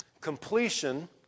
Completion